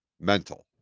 mental